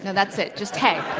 that's it, just, hey!